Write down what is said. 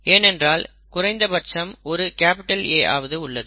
ஏனென்றால் குறைந்தபட்சம் ஒரு A ஆவது உள்ளது